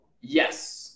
Yes